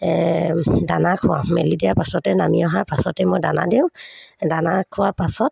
দানা খোৱাও মেলি দিয়া পাছতে নামি অহাৰ পাছতে মই দানা দিওঁ দানা খোৱাৰ পাছত